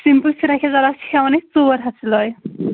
simple frock یزارس چِھ ہیٚوان أسۍ ژور ہتھ سِلٲے